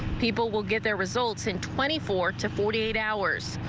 people will get their results in twenty four to forty eight hours.